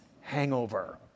hangover